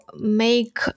make